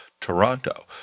Toronto